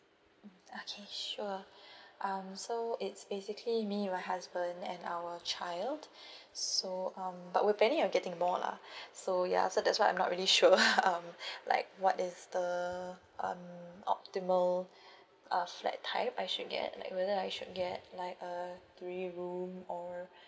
mm okay sure um so it's basically me and my husband and our child so um but we're planning on getting more lah so ya so that's why I'm not really sure um like what is the um optimal uh flat type I should get like whether I should get like uh three room or